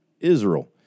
Israel